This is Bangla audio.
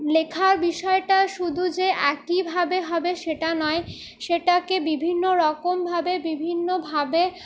লেখার বিষয়টা শুধু যে একইভাবে হবে সেটা নয় সেটাকে বিভিন্নরকম ভাবে বিভিন্নভাবে